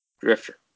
Drifter